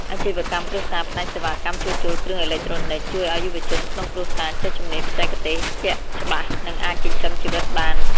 អាជីវកម្មគ្រួសារផ្នែកសេវាកម្មជួសជុលគ្រឿងអេឡិចត្រូនិច ជួយឱ្យយុវជនក្នុងគ្រួសារចេះជំនាញបច្ចេកទេសជាក់ច្បាស់ និងអាចចិញ្ចឹមជីវិតបាន។